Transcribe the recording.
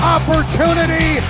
Opportunity